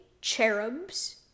Cherubs